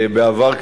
בעבר,